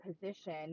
position